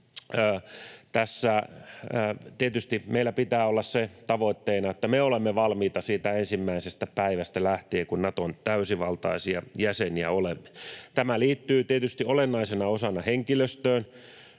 meillä pitää olla tavoitteena se, että me olemme valmiita siitä ensimmäisestä päivästä lähtien, kun Naton täysivaltaisia jäseniä olemme. Tämä liittyy tietysti olennaisena osana henkilöstöön.